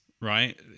right